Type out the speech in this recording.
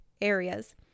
areas